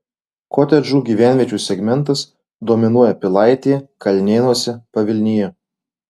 kotedžų gyvenviečių segmentas dominuoja pilaitėje kalnėnuose pavilnyje